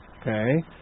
okay